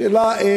השאלה,